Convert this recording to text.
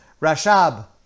Rashab